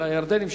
אלא הירדנים,